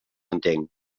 entenc